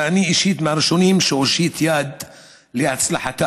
שאני אישית מהראשונים שיושיטו יד להצלחתה.